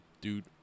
dude –